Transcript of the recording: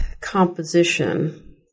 composition